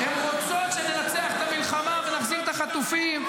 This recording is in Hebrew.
הן רוצות שננצח את המלחמה ונחזיר את החטופים.